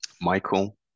Michael